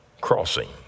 crossing